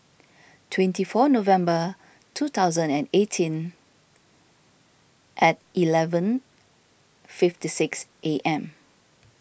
twenty four November two thousand and eighteen at eleven fifty six am